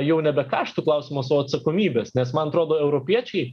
jau nebe kaštų klausimas o atsakomybės nes man atrodo europiečiai